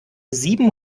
sieben